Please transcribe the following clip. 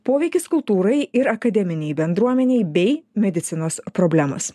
poveikis kultūrai ir akademinei bendruomenei bei medicinos problemos